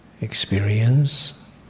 experience